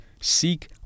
Seek